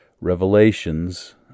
revelations